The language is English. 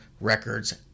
records